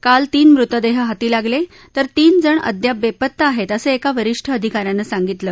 काल तीन मृतदेह हाती लागले तर तीनजण अद्याप बेपत्ता आहेत असं एका वरीष्ठ अधिका यानं सांगितलं